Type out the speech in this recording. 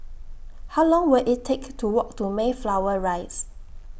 How Long Will IT Take to Walk to Mayflower Rise